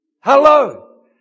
Hello